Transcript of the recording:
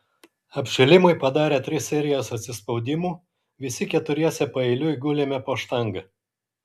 apšilimui padarę tris serijas atsispaudimų visi keturiese paeiliui gulėme po štanga